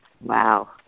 wow